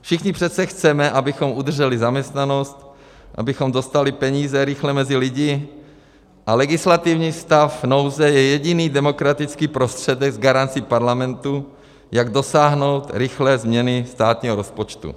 Všichni přece chceme, abychom udrželi zaměstnanost, abychom dostali peníze rychle mezi lidi, a legislativní stav nouze je jediný demokratický prostředek s garancí Parlamentu, jak dosáhnout rychlé změny státního rozpočtu.